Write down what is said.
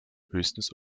höchstens